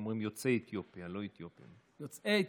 יוצאי אתיופיה.